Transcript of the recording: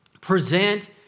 Present